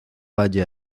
valle